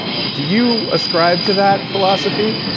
do you ascribe to that philosophy?